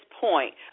point